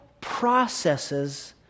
processes